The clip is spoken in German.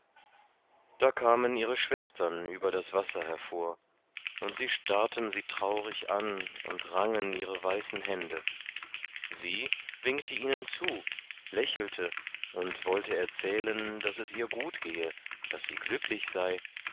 da kamen ihre schwestern über das wasser hervor und starrten sie traurig an und rangen ihre weißen hände sie winkte ihnen zu lächelte und wollte erzählen daß es ihr gut gehe daß sie glücklich sei